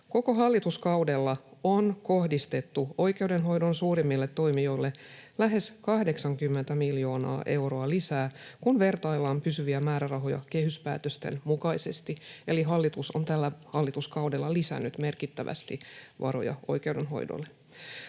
Koko hallituskaudella on kohdistettu oikeudenhoidon suurimmille toimijoille lähes 80 miljoonaa euroa lisää, kun vertaillaan pysyviä määrärahoja kehyspäätösten mukaisesti. Eli hallitus on tällä hallituskaudella lisännyt merkittävästi varoja oikeudenhoidolle.